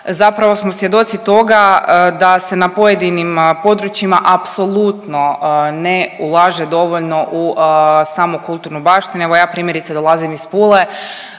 Zapravo smo svjedoci toga da se na pojedinim područjima apsolutno ne ulaže dovoljno u samu kulturnu baštinu. Evo ja primjerice dolazim iz Pule